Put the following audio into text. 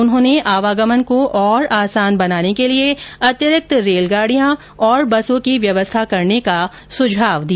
उन्होंने आवागमन को और आसान बनाने के लिए अतिरिक्त रेलगाडियां और बसों की व्यवस्था करने का सुझाव दिया